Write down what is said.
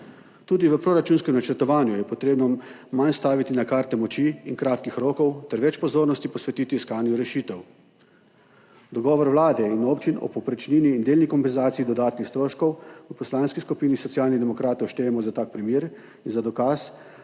Tudi v proračunskem načrtovanju je potrebno manj staviti na karte moči in kratkih rokov ter več pozornosti posvetiti iskanju rešitev. Dogovor vlade in občin o povprečnini in delni kompenzaciji dodatnih stroškov v Poslanski skupini Socialnih demokratov štejemo za tak primer in za dokaz,